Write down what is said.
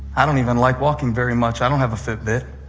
i don't even like walking very much. i don't have a fitbit.